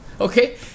okay